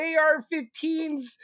AR-15s